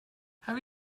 have